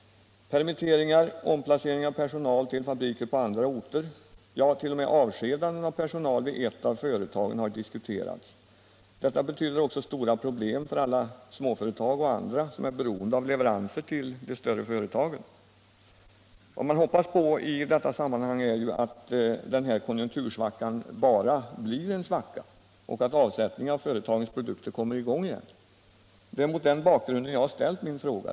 Permitteringar, omplaceringar av personal till fabriker på andra orter, ja, t.o.m. avskedanden av personal vid ett av företagen har diskuterats. Detta betyder också stora problem för alla småföretag och andra som är beroende av leveranser till de större företagen. Vad man hoppas på i detta sammanhang är ju att den här konjunktursvackan bara blir en svacka och att avsättningen av företagens produkter kommer i gång igen. Det är mot den bakgrunden jag har ställt min fråga.